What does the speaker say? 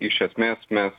iš esmės mes